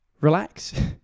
relax